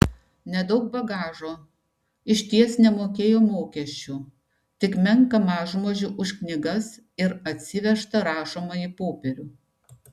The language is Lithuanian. nedaug bagažo išties nemokėjo mokesčių tik menką mažmožį už knygas ir atsivežtą rašomąjį popierių